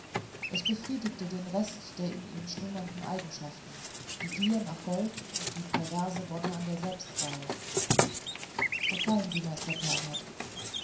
es befriedigte den rest der in ihm schlummernden eigenschaften die gier nach gold und die perverse wonne an der selbstqual verzeihen sie meister